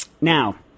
Now –